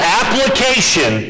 application